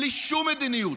בלי שום מדיניות,